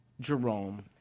Jerome